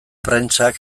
prentsak